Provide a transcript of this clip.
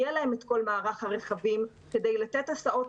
יהיה להם את כל מערך הרכבים כדי לתת הסעות